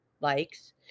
likes